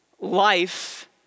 life